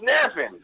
snapping